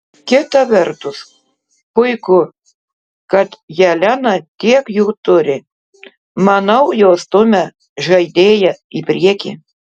kita vertus puiku kad jelena tiek jų turi manau jos stumia žaidėją į priekį